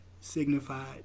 signified